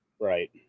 right